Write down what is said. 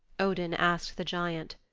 odin asked the giant.